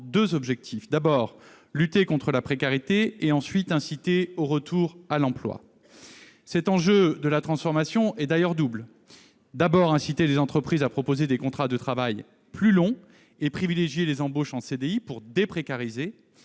deux objectifs : lutter contre la précarité et inciter au retour à l'emploi. L'enjeu est d'ailleurs double : d'abord, inciter les entreprises à proposer des contrats de travail plus longs et privilégier les embauches en CDI pour « déprécariser